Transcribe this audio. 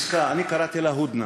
אני קראתי לה "הודנה"